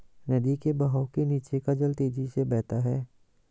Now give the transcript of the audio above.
नदी के बहाव के नीचे का जल तेजी से बहता है